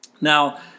Now